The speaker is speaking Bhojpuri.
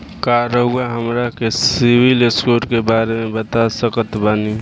का रउआ हमरा के सिबिल स्कोर के बारे में बता सकत बानी?